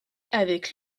avec